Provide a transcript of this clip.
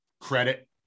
credit